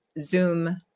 Zoom